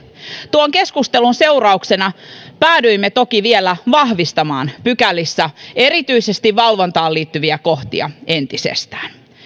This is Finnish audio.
tuon keskustelun seurauksena päädyimme toki vielä vahvistamaan pykälissä erityisesti valvontaan liittyviä kohtia entisestään